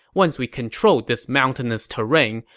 once we control this mountainous terrain,